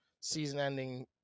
season-ending